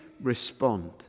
respond